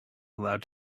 allowed